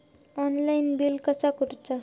Online bill कसा करुचा?